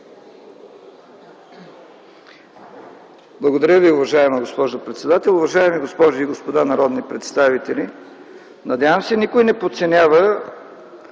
Благодаря Ви, уважаема госпожо председател. Уважаеми госпожи и господа народни представители, надявам се никой не подценява